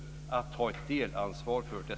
Vi måste ta ett delansvar för det.